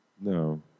No